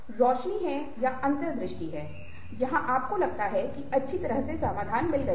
रोशनी है या अंतर्दृष्टि है जहाँ आपको लगता है कि अच्छी तरह से समाधान मिल गया है